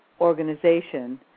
organization